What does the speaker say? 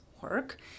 work